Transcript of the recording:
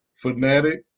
fanatic